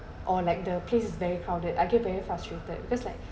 or like the place is very crowded I get very frustrated because like